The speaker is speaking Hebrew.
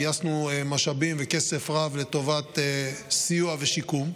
גייסנו משאבים וכסף רב לטובת סיוע ושיקום,